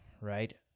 right